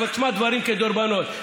אבל תשמע דברים כדורבנות.